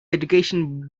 education